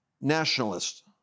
nationalist